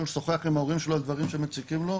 לשוחח עם ההורים שלו על דברים שמציקים לו,